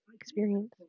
experience